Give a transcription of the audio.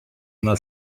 una